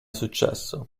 successo